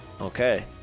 Okay